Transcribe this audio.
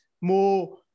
more